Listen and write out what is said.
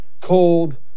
cold